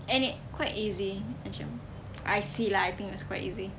and it quite easy macam I see lah I think it's quite easy